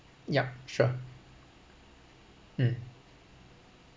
yup sure um